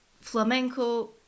flamenco